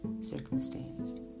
circumstanced